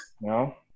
No